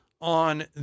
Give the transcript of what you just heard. on